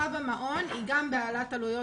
ההדרכה במעון היא גם בעלת עלויות